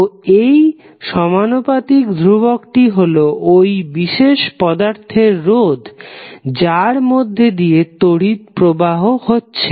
তো এই সমানুপাতিক ধ্রুবকটি হলো ওই বিশেষ পদার্থের রোধ যার মধ্যে দিয়ে তড়িৎ প্রবাহ হচ্ছে